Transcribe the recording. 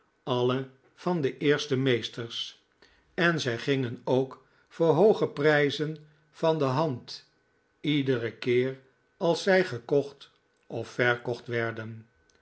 alle van de eerste meesters en zij gingen ook voor hooge prijzen van de hand iederen keer als zij gekocht of verkocht werden